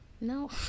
no